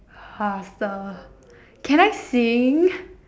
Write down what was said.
faster can I sing